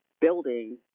building